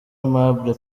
aimable